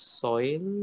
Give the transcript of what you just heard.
soil